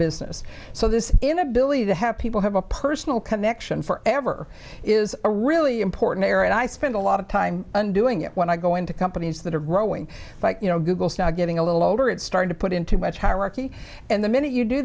business so this inability to have people have a personal connection forever is a really important here and i spend a lot of time undoing it when i go into companies that are growing you know google's now getting a little older it started to put in too much hierarchy and the minute you do